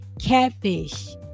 catfish